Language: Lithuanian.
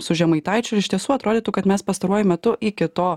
su žemaitaičiu ir iš tiesų atrodytų kad mes pastaruoju metu iki to